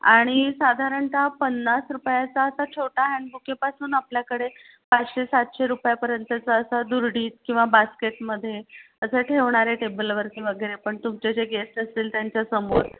आणि साधारणतः पन्नास रुपयाचा असा छोटा हँड बुकेपासून आपल्याकडे पाचशे सातशे रुपयापर्यंतचा असा दुरडीत किंवा बास्केटमध्ये असं ठेवणारे टेबलवरती वगैरे पण तुमचे जे गेस्ट असतील त्यांच्यासमोर